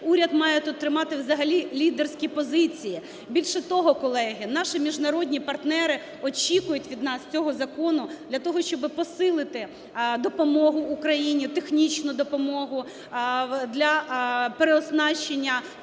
уряд має тут тримати взагалі лідерські позиції. Більше того, колеги, наші міжнародні партнери очікують від нас цього закону для того, щоби посилити допомогу Україні, технічну допомогу для переоснащення